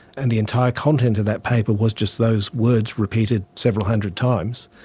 and the entire content of that paper was just those words repeated several hundred times,